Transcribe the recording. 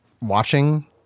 watching